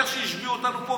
איך שהשביעו אותנו פה,